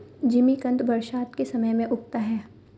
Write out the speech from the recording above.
जिमीकंद बरसात के समय में उगता है